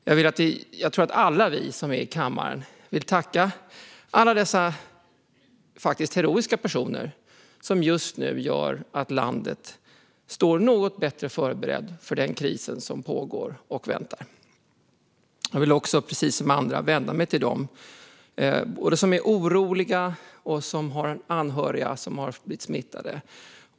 Jag tror att alla vi i kammaren vill tacka alla dessa heroiska personer som just nu gör att landet står något bättre förberett för den kris som pågår och som väntar. Precis som andra vill jag också vända mig till dem som är oroliga och som har anhöriga som har blivit smittade.